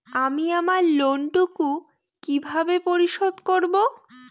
আমি আমার লোন টুকু কিভাবে পরিশোধ করব?